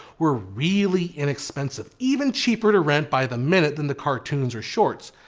were really inexpensive even cheaper to rent by the minute than the cartoons or shorts.